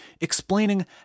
explaining